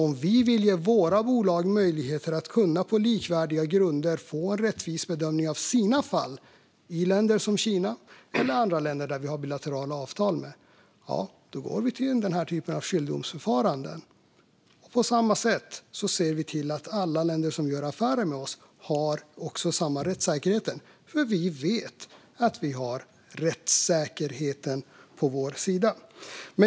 Om vi vill ge våra bolag möjligheter att på likvärdiga grunder få en rättvis bedömning av sina fall i länder som Kina eller i andra länder som vi har bilaterala avtal med har vi den här typen av skiljedomsförfaranden. På samma sätt ser vi till att alla länder som gör affärer med oss har samma rättssäkerhet, för vi vet att vi har rättssäkerheten på vår sida.